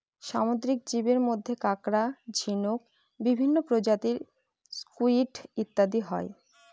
সামুদ্রিক জীবের মধ্যে কাঁকড়া, ঝিনুক, বিভিন্ন প্রজাতির স্কুইড ইত্যাদি হয়